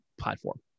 platform